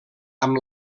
amb